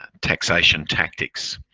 taxation tactics.